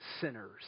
sinners